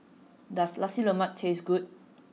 does Nasi Lemak taste good